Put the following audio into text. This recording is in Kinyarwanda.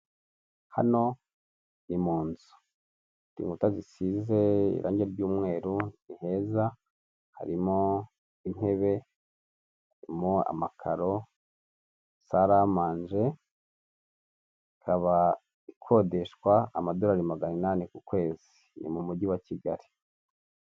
Hano ni mu nzu, ifite inkuta zisize irangi ry'umweru, ni heza, harimo intebe, harimo amakaro, saramanje. Ikaba ikodeshwa amadolari magana inani ku kwezi, ni mu mujyi wa Kigali.